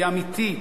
היא אמיתית,